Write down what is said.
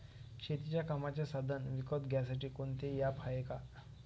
शेतीच्या कामाचे साधनं विकत घ्यासाठी कोनतं ॲप हाये का?